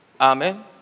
Amen